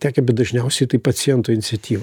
tekę bet dažniausiai tai paciento iniciatyva